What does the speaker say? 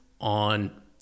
on